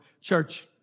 Church